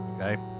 okay